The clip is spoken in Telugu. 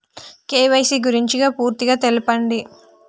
కే.వై.సీ గురించి పూర్తిగా తెలపండి?